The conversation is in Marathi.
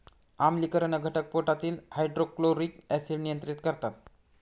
आम्लीकरण घटक पोटातील हायड्रोक्लोरिक ऍसिड नियंत्रित करतात